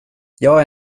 jag